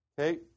Okay